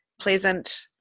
pleasant